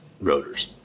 rotors